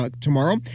tomorrow